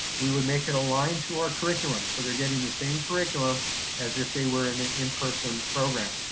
we would make it align to our curriculum, so they're getting the same curriculum as if they were in an in-person program.